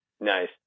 Nice